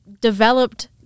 developed